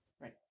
Right